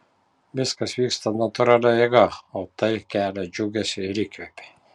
viskas vyksta natūralia eiga o tai kelia džiugesį ir įkvepia